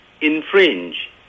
infringe